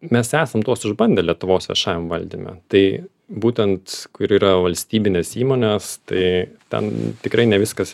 mes esam tuos išbandę lietuvos viešajam valdyme tai būtent kur yra valstybinės įmonės tai ten tikrai ne viskas